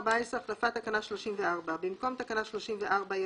"החלפת תקנה 34 14. במקום תקנה 34 יבוא: